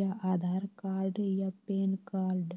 या आधार कार्ड या PAN card?